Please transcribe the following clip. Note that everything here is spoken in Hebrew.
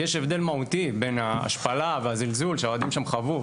יש הבדל מהותי בין ההשפלה והזלזול שהאוהדים שם חוו,